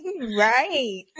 Right